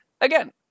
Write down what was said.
again